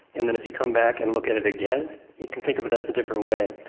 and then if you come back and look at it again you can think of it as a different way.